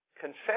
confess